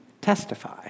testify